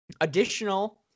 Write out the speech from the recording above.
additional